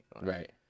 Right